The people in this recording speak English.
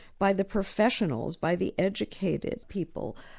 by the professionals, by the educated people,